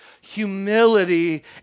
humility